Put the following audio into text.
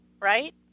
right